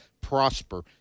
prosper